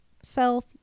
self